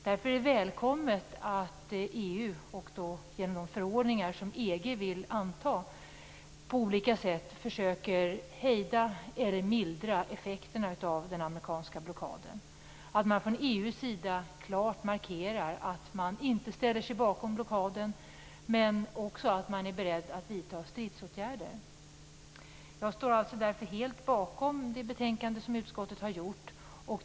Därför är det välkommet att EU, genom de förordningar som EG vill anta, på olika sätt försöker hejda eller mildra effekterna av den amerikanska blockaden. Det är bra att man från EU:s sida klart markerar att man inte ställer sig bakom blockaden, men också att man är beredd att vidta stridsåtgärder. Jag står alltså därför helt bakom det betänkande som utskottet har lagt fram.